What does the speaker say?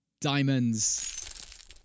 diamonds